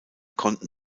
konnten